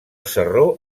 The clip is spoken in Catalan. sarró